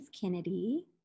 Kennedy